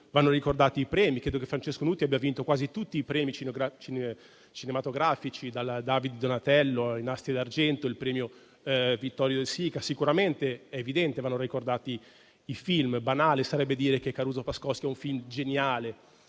Vanno ricordati i premi; credo che Francesco Nuti abbia vinto quasi tutti i premi cinematografici, dal David di Donatello ai Nastri d'argento, al premio Vittorio De Sica. È evidente che vanno ricordati i film. Banale sarebbe dire che "Caruso Pascoski" è un film geniale,